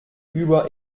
über